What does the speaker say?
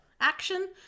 action